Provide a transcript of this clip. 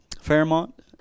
Fairmont